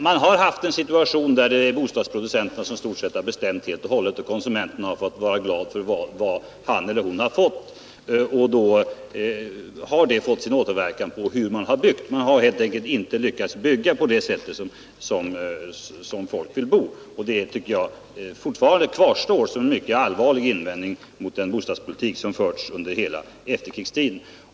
Vi har haft en situation, där bostadsproducenterna i stort sett har bestämt allting och konsumenterna har fått vara glada för vad de lyckats komma över i bostadsväg. Man har inte klarat att bygga så som människor vill bo. Det tycker jag alltjämt kvarstår som en my t allvarlig invändning mot den bostadspolitik som förts under hela efterkrigstiden.